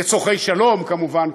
לצורכי שלום כמובן,